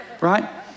right